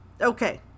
Okay